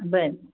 बरं